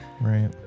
Right